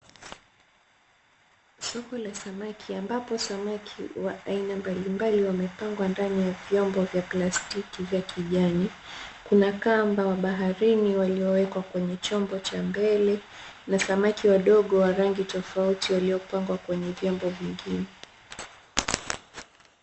Soko la samaki ambapo samaki wa aina mbalimbali ,wamepangwa ndani ya vyombo vya plastiki ya kijani. Kamba wa baharini walioekwa chombo cha mbele, na samaki wadongo wa rangi tofauti tofauti waliopangwa kwenye vyombo viingine.